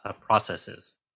processes